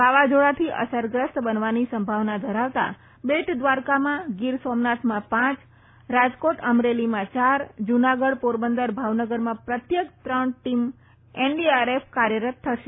વાવાઝોડાથી અસરગ્રસ્ત બનવાની સંભાવના ધરાવતા બેટ દ્વારકામાં ગીર સોમનાથમાં પાંચ રાજકોટ અમરેલીમાં ચાર જૂનાગઢ પોરબંદર ભાવનગરમાં પ્રત્યેક ત્રણ ટીમો એનડીઆરએફ કાર્યરત થશે